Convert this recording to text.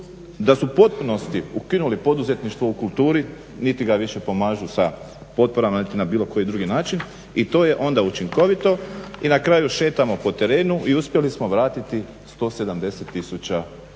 a su u potpunosti ukinuli poduzetništvo u kulturi niti ga više pomažu sa potporama niti na bilo koji drugi način. I to je onda učinkovito i na kraju šetamo po terenu i uspjeli smo vratiti 170 000 kuna